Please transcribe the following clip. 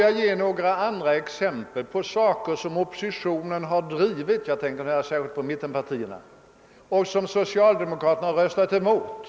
Jag vill ge några andra exempel på av herr Palme nämnda reformer som oppositionen har drivit fram — jag tänker särskilt på mittenpartierna — men som socialdemokraterna först röstat emot.